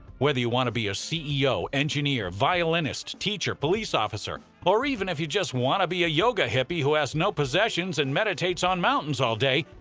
whether you want to be a ceo, engineer, violinist, teacher, police officer, or even if you just want to be a yoga hippie who has no possessions and meditates on mountains all day,